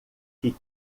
que